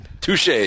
Touche